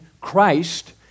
Christ